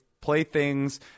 playthings